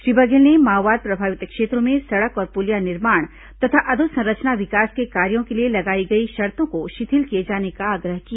श्री बघेल ने माओवाद प्रभावित क्षेत्रों में सड़क और पुलिया निर्माण तथा अधोसंरचना विकास के कार्यों के लिए लगाई गई शर्तो को शिथिल किए जाने का आग्रह किया